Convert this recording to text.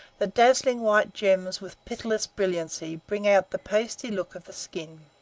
the dazzling white gems with pitiless brilliancy bring out the pasty look of the skin.